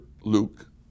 Luke